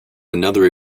another